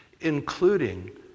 including